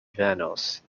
venos